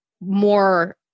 more